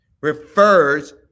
refers